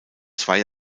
zwei